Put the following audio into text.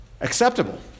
Acceptable